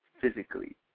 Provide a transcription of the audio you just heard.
physically